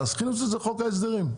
תכניסו את זה לחוק ההסדרים.